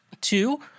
two